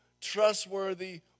trustworthy